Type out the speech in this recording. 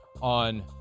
on